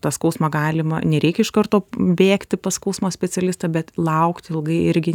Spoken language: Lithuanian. tą skausmą galima nereikia iš karto bėgti pas skausmo specialistą bet laukti ilgai irgi